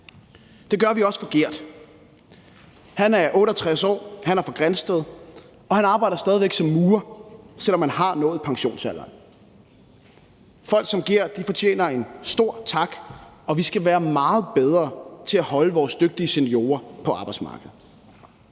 Det gør vi også for Gert. Han er 68 år, han er fra Grindsted, og han arbejder stadig væk som murer, selv om han har nået pensionsalderen. Folk som Gert fortjener en stor tak, og vi skal være meget bedre til at holde vores dygtige seniorer på arbejdsmarkedet.